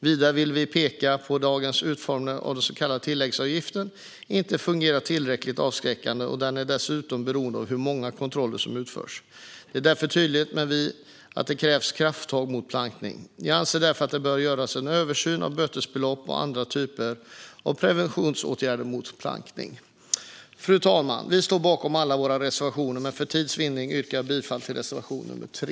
Vidare vill vi peka på att dagens utformning av den så kallade tilläggsavgiften inte fungerar tillräckligt avskräckande, och den är dessutom beroende av hur många kontroller som utförs. Det är därför tydligt, menar vi, att det krävs krafttag mot plankning. Vi anser därför att det bör göras en översyn av bötesbeloppen och andra typer av preventiva åtgärder mot plankning. Fru talman! Vi står bakom alla våra reservationer, men för tids vinnande yrkar jag bifall bara till reservation 3.